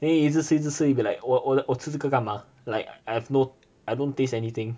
then 一直吃一直吃 you'll be like 我我吃这个干嘛 like I have no I don't taste anything